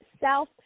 South